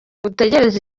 dutegereze